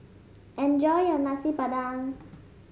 enjoy your Nasi Padang